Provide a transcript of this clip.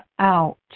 out